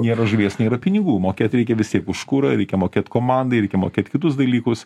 nėra žuvies nėra pinigų mokėt reikia vis tiek už kurą reikia mokėt komandai reikia mokėt kitus dalykus